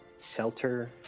shelter,